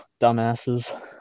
dumbasses